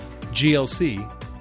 GLC